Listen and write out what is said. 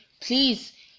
Please